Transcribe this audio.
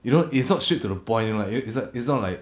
you know it's not straight to the point [one] it's like it's not like